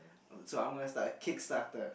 um so I'm gonna start a Kickstarter